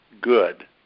good